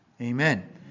amen